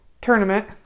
tournament